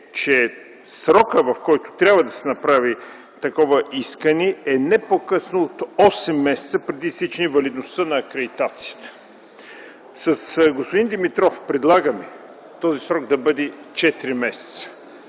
че срокът, в който трябва да се направи такова искане, е не по-късно от осем месеца преди изтичане валидността на акредитацията. С господин Димитров предлагаме този срок да бъде четири месеца.